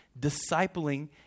discipling